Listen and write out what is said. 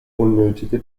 unnötige